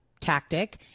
tactic